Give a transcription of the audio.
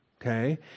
okay